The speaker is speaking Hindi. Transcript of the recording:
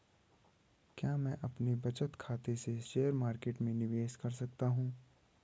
क्या मैं अपने बचत खाते से शेयर मार्केट में निवेश कर सकता हूँ?